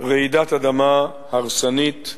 רעידת אדמה הרסנית בישראל.